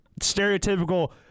stereotypical